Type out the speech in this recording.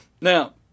Now